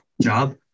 job